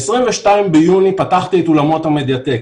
ב-22 ביוני פתחתי את אולמות המדיטק,